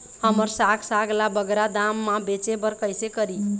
हमर साग साग ला बगरा दाम मा बेचे बर कइसे करी?